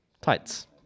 Tights